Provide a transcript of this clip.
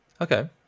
Okay